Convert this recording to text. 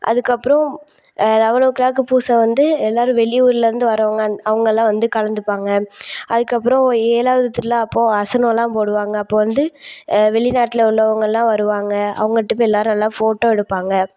அதுக்கப்புறம் eleven o'clock பூஜை வந்து எல்லாேரும் வெளியூர்லிருந்து வரவங்க அ அவங்கெல்லாம் வந்து கலந்துப்பாங்க அதுக்கப்புறம் ஏழாவது திருவிழா அப்போது வசனமெல்லாம் போடுவாங்க அப்போவந்து வெளிநாட்டில் உள்ளவர்கள்லாம் வருவாங்க அவங்கள்ட்ட போய் எல்லாேரும் நல்லா ஃபோட்டோ எடுப்பாங்க